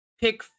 pick